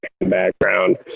background